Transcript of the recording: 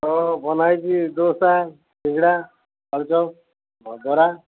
ତ ବନାହେଇଛି ଦୋସା ସିଙ୍ଗଡ଼ା ଆଳୁଚପ୍ ବରା